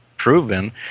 Proven